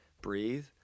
breathe